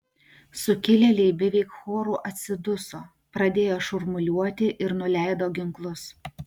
sukilėliai beveik choru atsiduso pradėjo šurmuliuoti ir nuleido ginklus